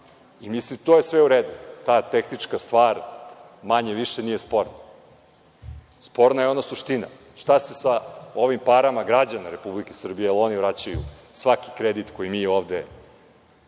sporazuma. To je sve u redu. Ta tehnička stvar, manje-više, nije sporno. Sporna je ona suština. Šta se sa ovim parama građana Republike Srbije, jer oni vraćaju svaki kredit koji mi ovde